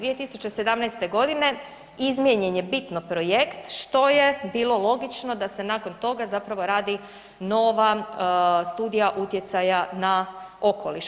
2017. g. izmijenjen je bitno projekt, što je bilo logično da se nakon toga zapravo radi nova studija utjecaja na okoliš.